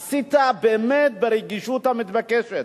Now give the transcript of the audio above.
עשית באמת, ברגישות המתבקשת,